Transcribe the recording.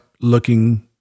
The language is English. looking